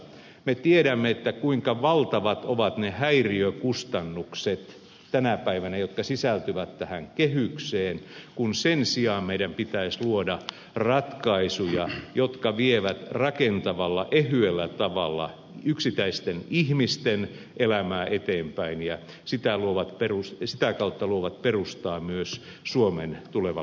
me tiedämme kuinka valtavat ovat tänä päivänä ne häiriökustannukset jotka sisältyvät tähän kehykseen kun sen sijaan meidän pitäisi luoda ratkaisuja jotka vievät rakentavalla ehyellä tavalla yksittäisten ihmisten elämää eteenpäin ja sitä kautta luovat perustaa myös suomen tuleva